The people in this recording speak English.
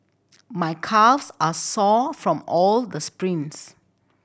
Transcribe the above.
my calves are sore from all the sprints